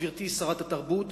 גברתי שרת התרבות,